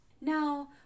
Now